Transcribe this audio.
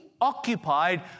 occupied